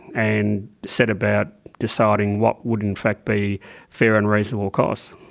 and set about deciding what would in fact be fair and reasonable costs.